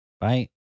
Bye